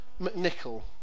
McNichol